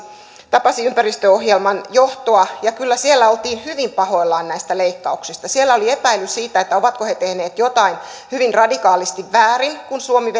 tapasi ympäristöohjelman johtoa ja kyllä siellä oltiin hyvin pahoillaan näistä leikkauksista siellä oli epäily siitä ovatko he tehneet jotain hyvin radikaalisti väärin kun suomi